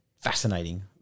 fascinating